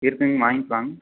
இருக்குங்க வாங்க்கலாம்